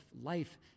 life